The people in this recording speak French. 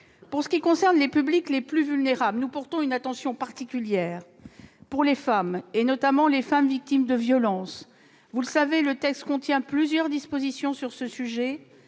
Pour ce qui concerne les publics les plus vulnérables, nous portons une attention particulière aux femmes, notamment aux femmes victimes de violences. Comme vous le savez, le texte contient plusieurs dispositions sur ce sujet,